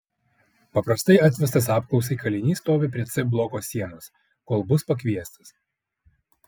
paprastai atvestas apklausai kalinys stovi prie c bloko sienos kol bus pakviestas